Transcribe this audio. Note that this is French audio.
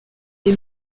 les